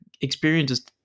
experiences